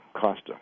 Costa